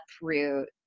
uproot